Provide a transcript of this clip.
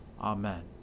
Amen